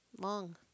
long